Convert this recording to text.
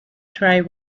try